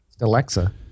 Alexa